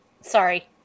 Sorry